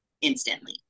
instantly